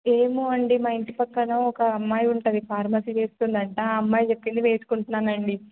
ఏమో అండి మా ఇంటి పక్కన ఒక అమ్మాయి ఉంటది ఫార్మసీ చేస్తుందంట ఆ అమ్మాయి చెప్పింది వేసుకుంటున్నానండి